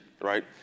Right